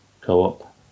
co-op